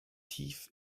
tief